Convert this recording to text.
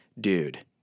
dude